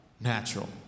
Natural